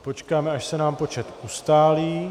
Počkáme, až se nám počet ustálí...